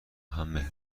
همه